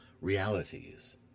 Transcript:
realities